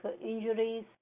injuries